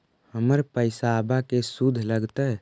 हमर पैसाबा के शुद्ध लगतै?